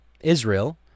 Israel